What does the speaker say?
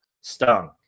Stung